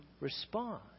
respond